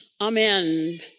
Amen